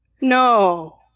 No